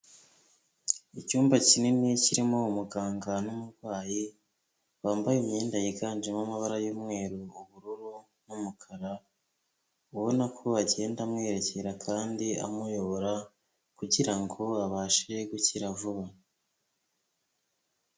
Icyumba kinini kirimo umuganga n'umurwayi bambaye imyenda yiganjemo amabara y'umweru, ubururu n'umukara ubona ko agenda amwerekera kandi amuyobora kugirango abashe gukira vuba.